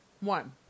One